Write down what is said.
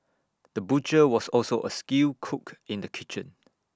the butcher was also A skilled cook in the kitchen